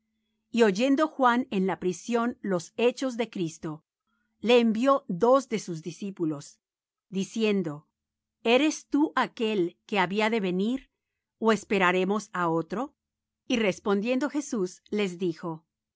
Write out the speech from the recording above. y oyendo juan en la prisión los hechos de cristo le envió dos de sus discípulos diciendo eres tú aquél que había de venir ó esperaremos á otro y respondiendo jesús les dijo